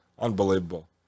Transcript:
Unbelievable